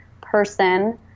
person